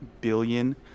billion